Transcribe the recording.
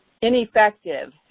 ineffective